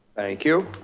thank you.